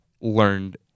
learned